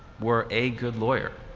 we're a good lawyer.